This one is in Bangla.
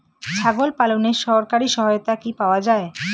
ছাগল পালনে সরকারি সহায়তা কি পাওয়া যায়?